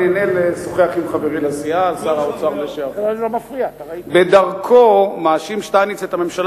שר האוצר בשבוע שעבר, שגם היא תהיה